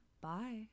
bye